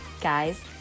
guys